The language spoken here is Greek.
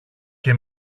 και